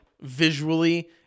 visually